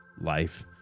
life